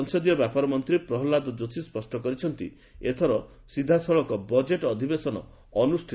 ସଂସଦୀୟ ବ୍ୟାପାର ମନ୍ତ୍ରୀ ପ୍ରହଲ୍ଲାଦ ଯୋଶୀ ସ୍ୱଷ୍ଟ କରିଛନ୍ତି ଏଥର ସିଧାସଳଖ ବଜେଟ୍ ଅଧିବେଶନ ଅନୁଷ୍ଠିତ ହେବ